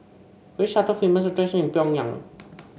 which are the famous attraction in Pyongyang